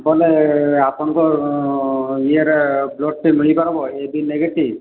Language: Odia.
ବୋଲେ ଆପଣଙ୍କ ଈଏରେ ବ୍ଲଡ଼୍ଟେ ମିଳିପାରିବ ଏ ବି ନେଗେଟିଭ୍